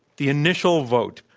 the initial vote,